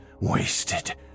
wasted